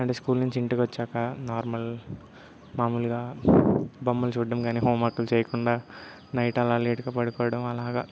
and school నుంచి ఇంటికి వచ్చాక నార్మల్ మామూల్గా బొమ్మలు చూడడం గానీ హోంవర్క్లు చేయకుండా నైట్ అలా లేటుగా పడుకోవడం అలాగా